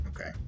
Okay